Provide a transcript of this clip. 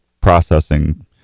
processing